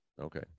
Okay